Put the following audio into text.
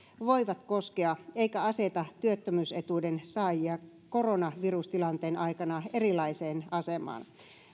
voivat koskea eikä aseta työttömyysetuuden saajia koronavirustilanteen aikana erilaiseen asemaan